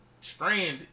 stranded